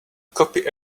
copy